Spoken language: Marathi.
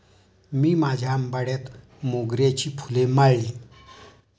मी माझ्या आंबाड्यात मोगऱ्याची फुले माळली